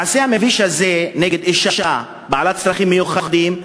המעשה המביש הזה נגד אישה בעלת צרכים מיוחדים,